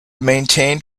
maintained